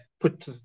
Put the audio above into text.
put